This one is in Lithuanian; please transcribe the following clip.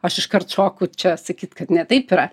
aš iškart šoku čia sakyt kad ne taip yra